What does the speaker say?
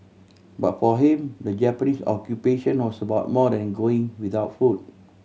but for him the Japanese Occupation was about more than going without food